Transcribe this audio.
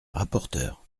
rapporteur